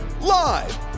Live